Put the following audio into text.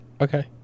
Okay